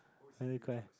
suddenly cry